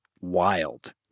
wild